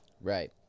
right